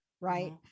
right